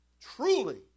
Truly